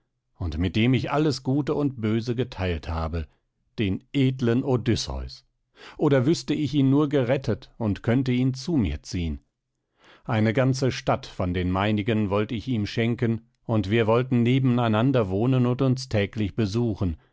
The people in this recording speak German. und mit dem ich alles gute und böse geteilt habe den edlen odysseus oder wüßte ich ihn nur gerettet und könnte ihn zu mir ziehen eine ganze stadt von den meinigen wollt ich ihm schenken und wir wollten nebeneinander wohnen und uns täglich besuchen